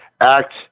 act